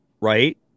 right